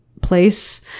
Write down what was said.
place